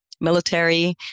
military